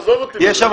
עזוב אותי מזה.